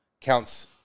counts